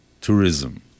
tourism